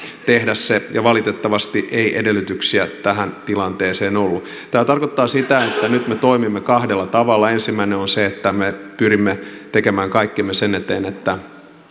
tehdä se ja valitettavasti ei edellytyksiä tähän tilanteeseen ollut tämä tarkoittaa sitä että nyt me toimimme kahdella tavalla ensimmäinen on se että me pyrimme tekemään kaikkemme sen eteen että